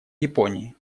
японии